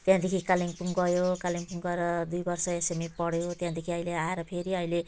त्यहाँदेखि कालिम्पोङ गयो कालिम्पोङ गएर दुई वर्ष एसयुएमआई पढ्यो त्यहाँदेखि अहिले आएर फेरि अहिले